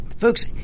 Folks